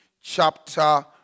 chapter